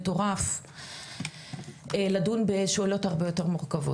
והוא פותח לנו פה חלון הזדמנויות מטורף לדון בשאלות הרבה יותר מורכבות.